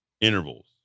Intervals